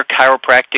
chiropractic